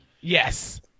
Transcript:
yes